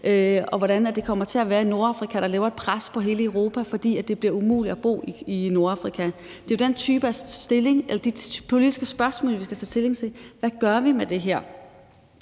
og hvordan kommer det til at være i Nordafrika, der laver et pres på hele Europa, fordi det bliver umuligt at bo i Nordafrika? Det er jo den type politiske spørgsmål, vi skal tage stilling til. Hvad gør vi med det her?